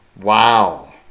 Wow